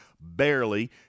barely